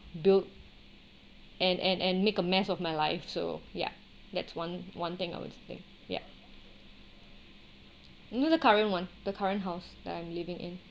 built and and and make a mess of my life so ya that's one one thing I would think ya you know the current [one] the current house that I'm living in